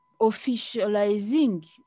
officializing